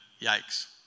yikes